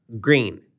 green